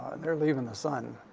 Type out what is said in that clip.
they're leaving the sun.